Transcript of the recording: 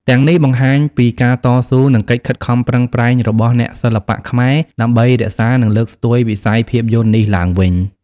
ទាំងនេះបង្ហាញពីការតស៊ូ និងកិច្ចខិតខំប្រឹងប្រែងរបស់អ្នកសិល្បៈខ្មែរដើម្បីរក្សា និងលើកស្ទួយវិស័យភាពយន្តនេះឡើងវិញ។